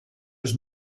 his